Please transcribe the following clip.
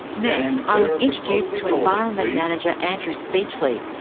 next i was introduced to environment manager, andrew speechley,